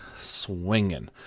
swinging